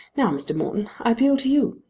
now, mr. morton, i appeal to you.